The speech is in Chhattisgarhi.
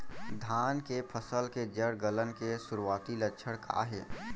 धान के फसल के जड़ गलन के शुरुआती लक्षण का हे?